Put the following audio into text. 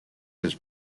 his